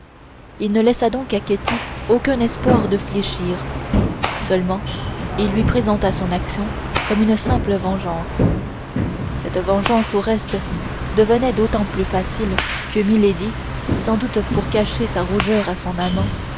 il ne laissa donc à ketty aucun espoir de le fléchir seulement il lui présenta son action comme une simple vengeance cette vengeance au reste devenait d'autant plus facile que milady sans doute pour cacher sa rougeur à son amant